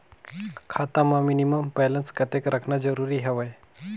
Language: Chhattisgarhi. खाता मां मिनिमम बैलेंस कतेक रखना जरूरी हवय?